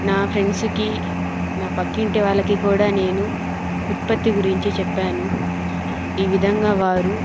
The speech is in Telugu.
నా ఫ్రెండ్స్కి నా పక్కింటి వాళ్ళకి కూడా నేను ఉత్పతి గురించి చెప్పాను ఈ విధంగా వారు